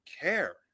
care